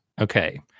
okay